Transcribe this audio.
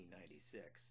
1996